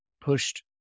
pushed